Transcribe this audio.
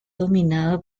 dominado